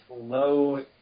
low